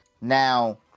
now